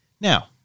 Now